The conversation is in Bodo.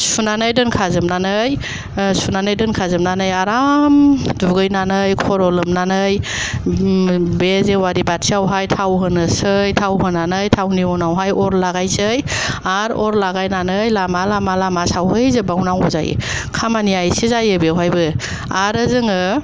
सुनानै दोनखाजोबनानै आराम दुगैनानै खर' लोबनानै बे जेवारि बाथियावहाय थाव होनोसै थाव होनानै थावनि उनावहाय अर लगायनोसै आरो अर लगायनानै लामा लामा सावहै जोब्बाव नांगौ जायो खामानिया एसे जायो बेवहायबो आरो जोङो